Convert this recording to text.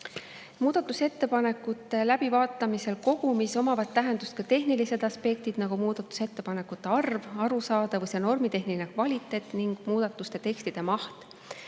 Muudatusettepanekute läbivaatamisel kogumis omavad tähendust ka tehnilised aspektid, nagu muudatusettepanekute arv, nende arusaadavus ja normitehniline kvaliteet ning muudatuste teksti maht.